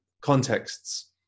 contexts